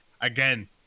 again